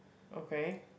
okay